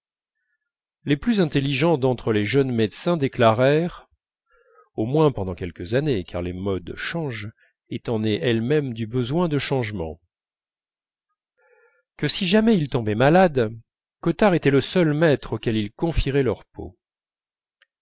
les plus intelligents d'entre les jeunes médecins déclarèrent au moins pendant quelques années car les modes changent étant nées elles-mêmes du besoin de changement que si jamais ils tombaient malades cottard était le seul maître auquel ils confieraient leur peau